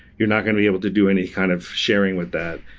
you're not going to be able to do any kind of sharing with that.